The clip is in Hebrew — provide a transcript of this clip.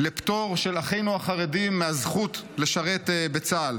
לפטור של אחינו החרדים מהזכות לשרת בצה"ל.